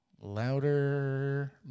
Louder